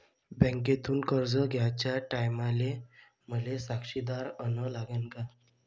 बँकेतून कर्ज घ्याचे टायमाले मले साक्षीदार अन लागन का?